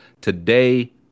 today